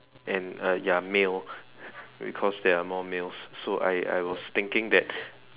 and uh ya male because there are more males so I I was thinking that